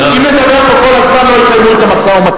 אם נדבר פה כל הזמן לא יקיימו את המשא-ומתן,